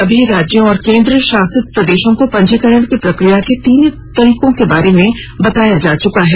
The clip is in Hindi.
सभी राज्यों और केन्द्र शासित प्रदेशों को पंजीकरण की प्रक्रिया के तीनों तरीकों के बारे में बताया जा चुका है